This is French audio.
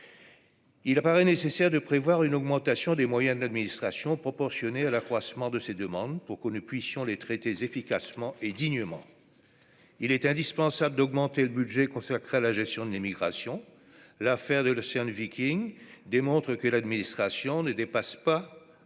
Il apparaît nécessaire de prévoir une augmentation des moyens d'administration proportionnée à l'accroissement de ses demandes pour que nous puissions les traités efficacement et dignement, il était indispensable d'augmenter le budget consacré à la gestion de l'immigration, l'affaire de l'Océan Viking démontre que l'administration ne dépasse pas,